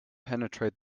penetrate